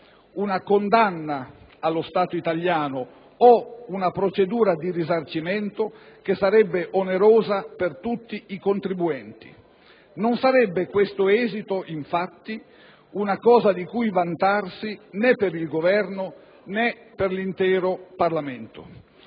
una condanna allo Stato italiano o una procedura di risarcimento che sarebbe onerosa per tutti i contribuenti. Un esito del genere non sarebbe, infatti, una cosa di cui vantarsi né per il Governo né per l'intero Parlamento.